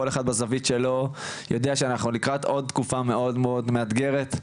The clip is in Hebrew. כל אחד בזווית שלו יודע שאנחנו לקראת עוד תקופה מאוד מאוד מאתגרת,